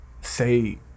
Say